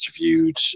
interviewed